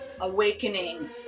awakening